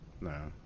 No